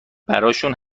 براشون